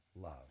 love